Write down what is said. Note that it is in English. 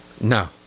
No